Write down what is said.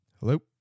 Hello